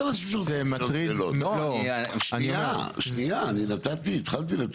עברה גם ההצעה לזכויות הרכישה של דיירי הדיור הציבורי,